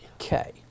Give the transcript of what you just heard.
Okay